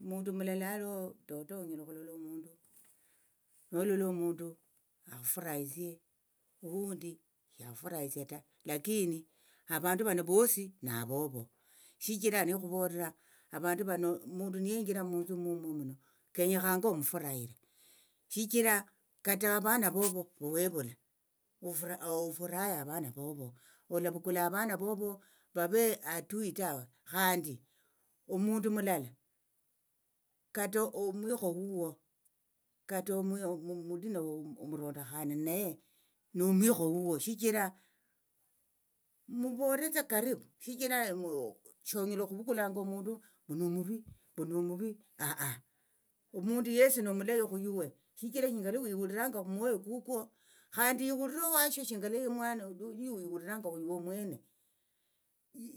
Mundu mulala naliho toto onyala okhulola omundu nololo omundu akhufurahishie oundi shakhufuraisie ta lakini avandu vano vosi navovo shichira nekhuvolera avandu vano omundu niyenjira munthu mumwo muno kenyekhanga omufarahire shichira kata avana vovo vowevula ofuraye avana vovo olavukula avana vovo atuyi tawe khandi omundu mulala kata omwikho huo kata omwi omulina womurondokhane ninaye nomwikho huo mboleretsa karipu shichira shonyala okhuvukulanga omundu mbu nomuvi mbu nomuvi ah omundu yesi nomulayi khuiwe shichira shinga mumwoyo kukwo khandi ihulire owashio shinga liomwa lwiwihuliranga iwe omwene